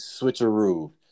switcheroo